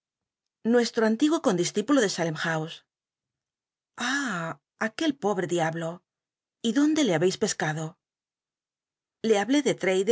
o antiguo condist ipulo de aho a aquel pobre diablo y dónde le habeis pescado le habló de